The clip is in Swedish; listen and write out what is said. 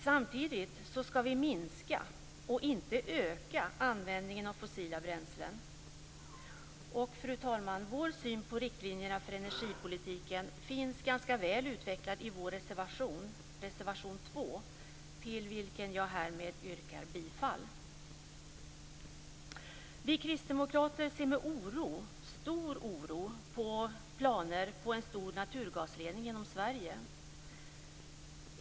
Samtidigt skall vi minska och inte öka användningen av fossila bränslen. Fru talman! Vår syn på riktlinjerna för energipolitiken finns ganska väl utvecklad i vår reservation, reservation 2, till vilken jag härmed yrkar bifall. Vi kristdemokrater ser med stor oro på planer på en stor naturgasledning genom Sverige.